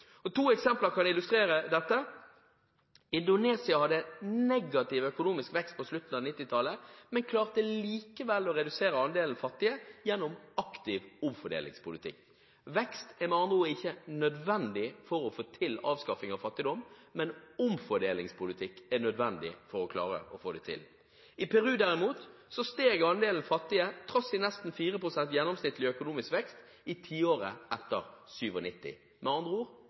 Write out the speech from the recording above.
vekst. To eksempler kan illustrere dette: Indonesia hadde negativ økonomisk vekst på slutten av 1990-tallet, men klarte likevel å redusere andelen fattige gjennom en aktiv omfordelingspolitikk. Vekst er med andre ord ikke nødvendig for å få til avskaffing av fattige, men omfordelingspolitikk er nødvendig for å klare å få det til. I Peru, derimot, steg andelen fattige trass i nesten 4 pst. gjennomsnittlig økonomisk vekst i tiåret etter 1997. Med andre ord: